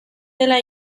dela